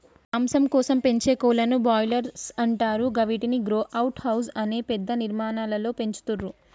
మాంసం కోసం పెంచే కోళ్లను బ్రాయిలర్స్ అంటరు గివ్విటిని గ్రో అవుట్ హౌస్ అనే పెద్ద నిర్మాణాలలో పెంచుతుర్రు